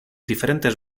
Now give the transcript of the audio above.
diferentes